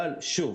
אבל, שוב,